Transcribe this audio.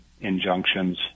injunctions